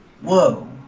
whoa